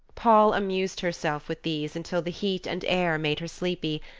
poll amused herself with these until the heat and air made her sleepy,